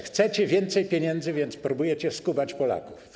Chcecie więcej pieniędzy, więc próbujecie skubać Polaków.